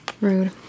Rude